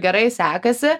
gerai sekasi